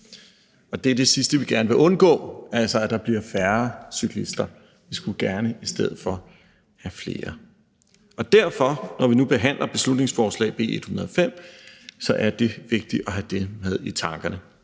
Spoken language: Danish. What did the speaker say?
Og det er det sidste, vi gerne vil undgå, altså at der bliver færre cyklister – vi skulle gerne i stedet for have flere. Og derfor er det vigtigt at have det med i tankerne,